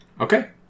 okay